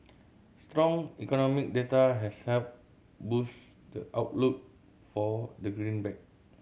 strong economic data has helped boost the outlook for the greenback